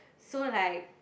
so like